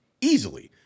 easily